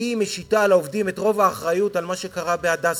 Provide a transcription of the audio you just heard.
משיתה על העובדים את רוב האחריות למה שקרה ב"הדסה",